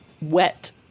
wet